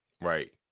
right